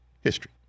history